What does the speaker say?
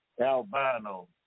albino